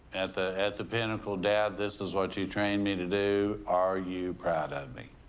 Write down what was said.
at the at the pinnacle, dad, this is what you trained me to do. are you proud of me?